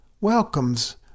welcomes